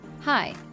Hi